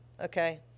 okay